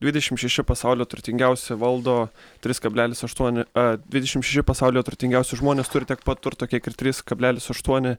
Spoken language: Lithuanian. dvidešim šeši pasaulio turtingiausi valdo tris kablelis aštuoni dvidešim šeši pasaulio turtingiausi žmonės turi tiek pat turto kiek ir trys kablelis aštuoni